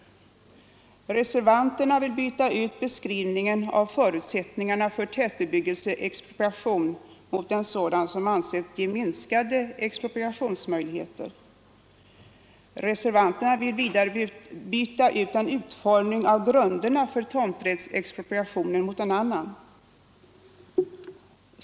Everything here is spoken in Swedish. Reservanterna vill byta ut beskrivningen av förutsättningarna för tätbebyggelseexpropriation mot en sådan som anses ge minskade expropriationsmöjligheter. Reservanterna vill vidare byta ut en utformning av grunderna för tomträttsexpropriationen mot en annan.